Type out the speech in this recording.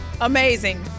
Amazing